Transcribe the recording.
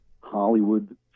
Hollywood